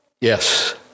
yes